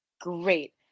Great